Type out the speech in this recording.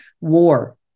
War